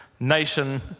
nation